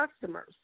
customers